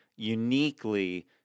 uniquely